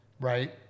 Right